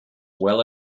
well